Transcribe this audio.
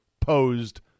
posed